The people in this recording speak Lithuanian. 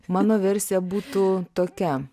mano versija būtų tokia